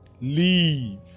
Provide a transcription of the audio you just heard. leave